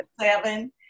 seven